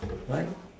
right